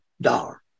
dollar